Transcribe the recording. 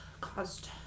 caused